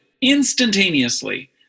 instantaneously